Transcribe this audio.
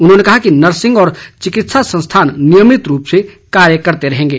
उन्होंने कहा कि नर्सिंग और चिकित्सा संस्थान नियमित रूप से कार्य करते रहेंगे